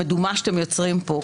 המדומה שאתם יוצרים פה,